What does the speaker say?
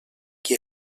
qui